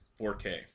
4K